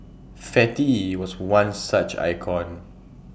fatty was one such icon